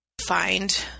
find